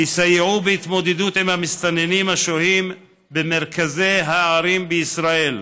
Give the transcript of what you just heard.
ויסייעו בהתמודדות עם המסתננים השוהים במרכזי הערים בישראל.